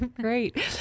Great